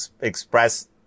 express